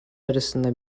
arasında